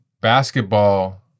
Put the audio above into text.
basketball